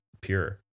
pure